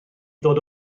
ddod